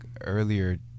earlier